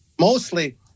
mostly